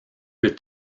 plus